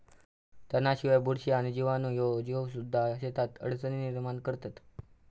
तणांशिवाय, बुरशी आणि जीवाणू ह्ये जीवसुद्धा शेतात अडचणी निर्माण करतत